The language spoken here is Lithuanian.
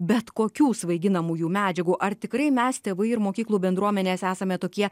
bet kokių svaiginamųjų medžiagų ar tikrai mes tėvai ir mokyklų bendruomenės esame tokie